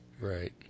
Right